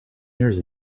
years